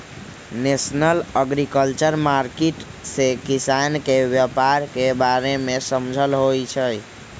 national agriculture market से किसान के व्यापार के बारे में समझ होलई ह